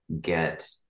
get